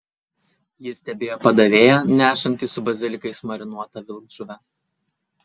ji stebėjo padavėją nešantį su bazilikais marinuotą vilkžuvę